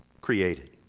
created